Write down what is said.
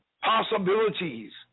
possibilities